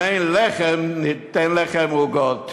אם אין לחם, ניתן לכם עוגות.